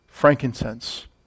Frankincense